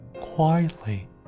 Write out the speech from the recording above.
quietly